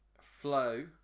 Flow